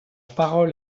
parole